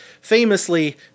famously